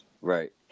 Right